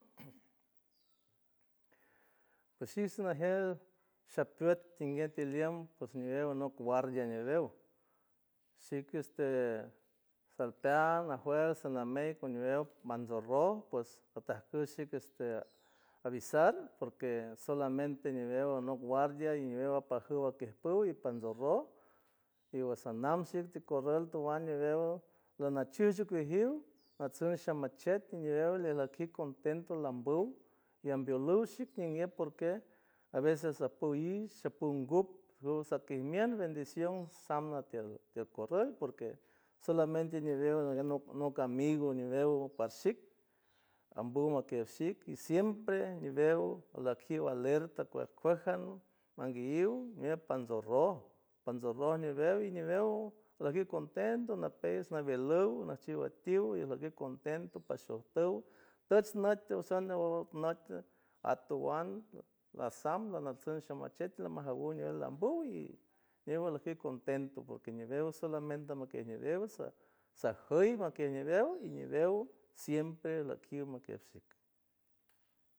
Ps si nagel sapüet ningue tiliem ps ñiwew anop guardia ñiwew shik este salpean najues sanamet mansorroj akuej shik este avisar porque solamente ñiwew anok guardia ñiwew apajuw ajtipuw pantsorro y asanam shik tikorrul tuan ñiwew anachish ik ijiw achish sha machet ñiwew ajlikiw contento lambuw lambieluw shik ngue porque a veces sapois saponguk sapen mien bendición sam natiel tiel korrul porque solamente ñiwew nok amigo ñiwew pasik ambuw natieck shik y siempre ñiwew alekiw alerta akuej kuej an manguilliw ñuet pansorroj, pansorroj ñiwew y ñiwew aleji contento napey nabieluw najchiw atiw laji contento pashes puw toch nüt tison ñiwew meat atuan lasam lanachut shimachet lamajawuw ñew lambuw y luego likiw contento porque ñiwew solamente makiej liwew sajuy makiej ñiwew siempre lakiw makiej shik.